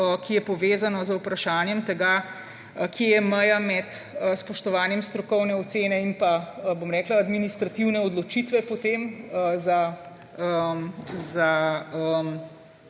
ki je povezano z vprašanjem tega, kje je meja med spoštovanjem strokovne ocene in potem administrativne odločitve za